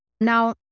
Now